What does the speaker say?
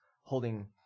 holding